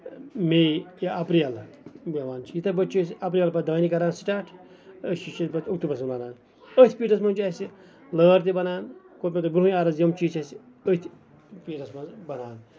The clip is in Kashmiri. مٮٔی یا اَپریل بہوان چھِ یِتھٕے پٲٹھۍ چھِ اَپریل پیٚٹھ پَتہٕ دانہِ کران سِٹارٹ أسۍ چھِ پَتہٕ یہِ أکتوٗبرَس منٛز لونان أتھۍ پِریٖڈَس منٛز چھُ اَسہِ لٲر تہِ بَنان مےٚ کوٚر برٛونٛہٕے عرض زِ یِم چیٖز چھِ اَسہِ أتھۍ پِریٖڈَس منٛز بَنان